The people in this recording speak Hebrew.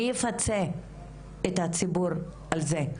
מי יפצה את הציבור על זה?